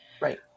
Right